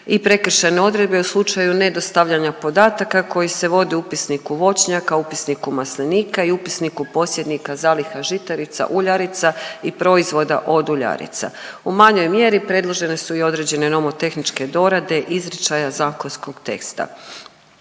i prekršajne odredbe u slučaju nedostavljanja podataka koji se vode u upisniku voćnjaka, upisniku maslinika i upisniku posjednika zaliha žitarica, uljarica i proizvoda od uljarica. U manjoj mjeri predložene su i određene nomotehničke dorade izričaja zakonskog teksta.